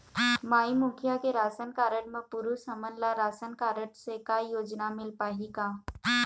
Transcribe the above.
माई मुखिया के ration card म पुरुष हमन ला रासनकारड से का योजना मिल पाही का?